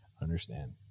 understand